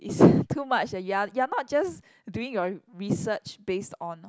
it's too much a you're you're not just doing your research based on